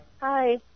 Hi